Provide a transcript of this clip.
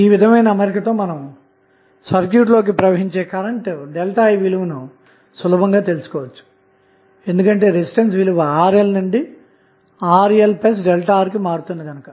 ఈ విధమైన అమరికతో మనం సర్క్యూట్లోకి ప్రవహించే కరెంటు ΔI విలువను సులభంగా తెలుసుకోవచ్చు ఎందుకంటే రెసిస్టెన్స్ విలువ RLనుండి RLΔR కి మారుతుంది గనక